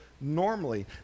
normally